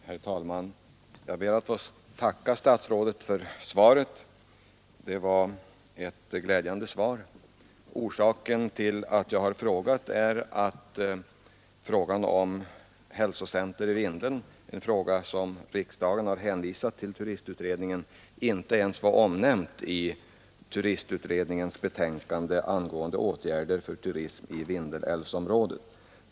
Herr talman! Jag ber att få tacka statsrådet för svaret. Det var ett glädjande svar. Orsaken till att jag har gjort denna framstöt är att frågan om ett hälsocenter i Vindeln, som riksdagen har hänvisat för prövning till turistutredningen, inte ens var omnämnd i turistutredningens betänkande angående åtgärder för turism och friluftsliv i Vindelälvsområdet.